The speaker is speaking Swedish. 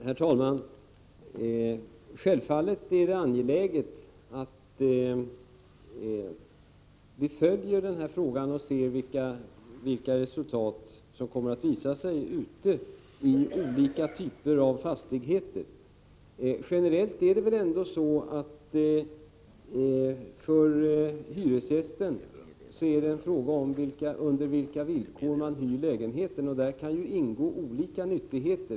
Herr talman! Det är självfallet angeläget att vi följer den här frågan och ser vilka resultaten blir i olika typer av fastigheter. För hyresgästen är det generellt en fråga om under vilka villkor han hyr lägenheten, och där kan ingå olika nyttigheter.